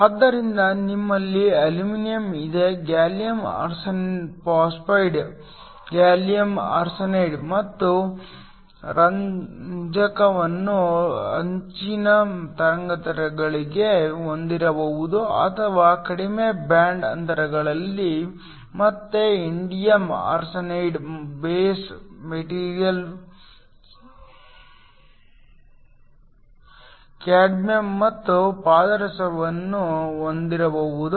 ಆದ್ದರಿಂದ ನಿಮ್ಮಲ್ಲಿ ಅಲ್ಯೂಮಿನಿಯಂ ಇದೆ ಗ್ಯಾಲಿಯಂ ಆರ್ಸೆನೈಡ್ ಗ್ಯಾಲಿಯಮ್ ಆರ್ಸೆನಿಕ್ ಮತ್ತು ರಂಜಕವನ್ನು ಹೆಚ್ಚಿನ ತರಂಗಾಂತರಗಳಿಗೆ ಹೊಂದಿರಬಹುದು ಅಥವಾ ಕಡಿಮೆ ಬ್ಯಾಂಡ್ ಅಂತರಗಳು ಮತ್ತೆ indium arsenide base materials cadmium ಮತ್ತು ಪಾದರಸವನ್ನು ಹೊಂದಿರಬಹುದು